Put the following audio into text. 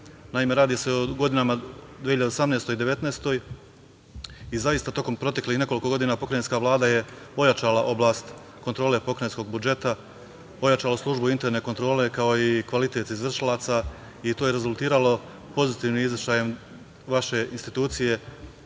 Naime, radi se o 2018. i 2019. godini. Zaista, tokom proteklih nekoliko godina pokrajinska vlada je ojačala oblast kontrole pokrajinskog budžeta, ojačala službu interne kontrole, kao i kvalitet izvršilaca i to je rezultiralo pozitivnim izveštajem vaše institucije,